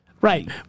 Right